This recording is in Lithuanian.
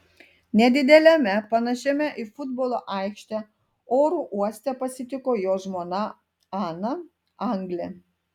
nedideliame panašiame į futbolo aikštę oro uoste pasitiko jo žmona ana anglė